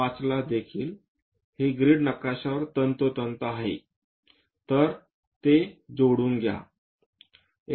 5 ला देखील हे ग्रिड नकाशावर तंतोतंत आहे तर ते जोडून घ्या